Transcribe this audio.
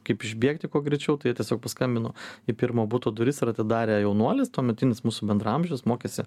kaip išbėgti kuo greičiau tai jie tiesiog paskambino į pirmo buto duris ir atidarė jaunuolis tuometinis mūsų bendraamžis mokėsi